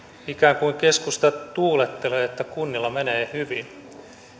ikään kuin keskusta tuulettelee että kunnilla menee hyvin